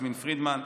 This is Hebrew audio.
יסמין פרידמן,